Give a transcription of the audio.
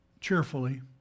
cheerfully